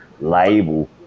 label